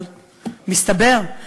אבל מסתבר,